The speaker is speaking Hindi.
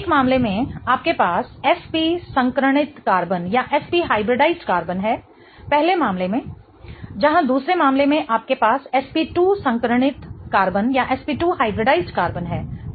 एक मामले में आपके पास sp संकरणित कार्बन है पहले मामले में जहां दूसरे मामले में आपके पास sp2 संकरणित कार्बन है ठीक